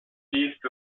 east